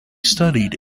studied